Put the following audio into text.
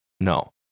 no